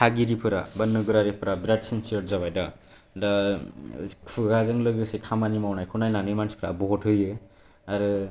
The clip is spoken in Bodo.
थागिरिफोरा बा नोगोरारिफोरा बिरात सिनसियार जाबाय दा दा खुगाजों लोगोसे खामानि मावनायखौ नायनानै मानसिफ्रा भट होयो आरो